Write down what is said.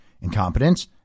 incompetence